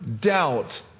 doubt